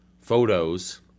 photos